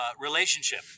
relationship